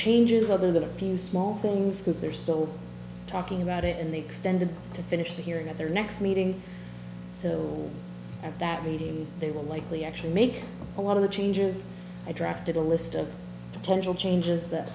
changes other than a few small things because they're still talking about it in the extended to finish the hearing at their next meeting so at that meeting they will likely actually make a lot of the changes i drafted a list of potential changes that